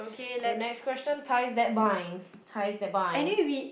so next question ties that bind ties that bind